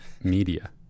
media